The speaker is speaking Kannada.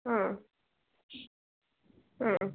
ಹಾಂ ಹಾಂ